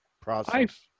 process